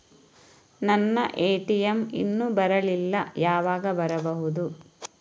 ನನ್ನ ಎ.ಟಿ.ಎಂ ಇನ್ನು ಬರಲಿಲ್ಲ, ಯಾವಾಗ ಬರಬಹುದು?